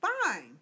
Fine